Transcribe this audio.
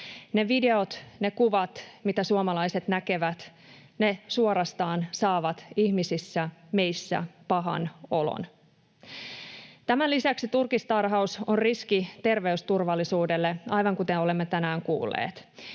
Ne videot, ne kuvat, mitä suomalaiset näkevät, suorastaan saavat ihmisissä, meissä, pahan olon. Tämän lisäksi turkistarhaus on riski terveysturvallisuudelle, aivan kuten olemme tänään kuulleet.